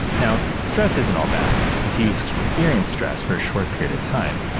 now, stress isn't all bad. if you experience stress for a short period of time,